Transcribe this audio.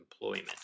employment